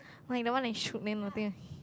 like the one that shoot name appear